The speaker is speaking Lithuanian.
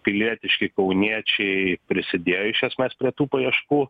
pilietiški kauniečiai prisidėjo iš esmės prie tų paieškų